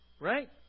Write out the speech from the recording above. right